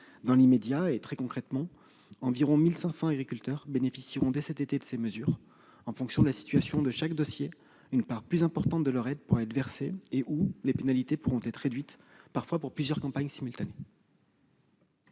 Dans l'immédiat et très concrètement, environ 1 500 agriculteurs en bénéficieront dès cet été ; en fonction de la situation de chaque dossier, une part plus importante de leur aide pourra être versée et/ou les pénalités pourront être réduites, parfois, pour plusieurs campagnes simultanées.